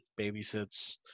babysits